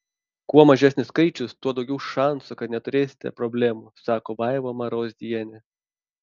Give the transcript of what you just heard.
kuo mažesnis skaičius tuo daugiau šansų kad neturėsite problemų sako vaiva marozienė